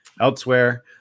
elsewhere